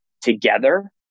together